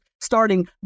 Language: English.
starting